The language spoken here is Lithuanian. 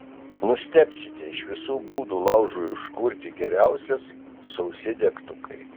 nustebsite iš visų būdų laužui užkurti geriausias sausi degtukai